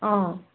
অঁ